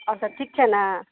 आओर सब ठीक छै ने